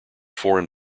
foreign